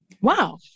Wow